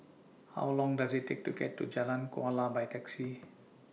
How Long Does IT Take to get to Jalan Kuala By Taxi